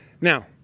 Now